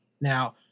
Now